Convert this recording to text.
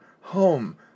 home